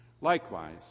Likewise